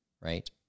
right